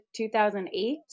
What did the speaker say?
2008